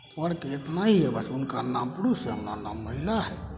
आओर की इतना ही हइ बस हुनका नाम पुरुष हइ हमारा नाम महिला हइ